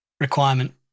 requirement